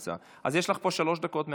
יש לך שלוש דקות מהדוכן.